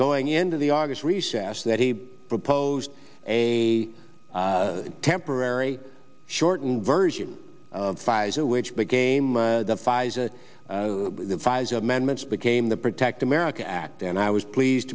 going into the august recess that he proposed a temporary shortened version pfizer which became the pfizer pfizer amendments became the protect america act and i was pleased